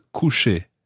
coucher